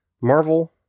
Marvel